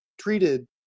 treated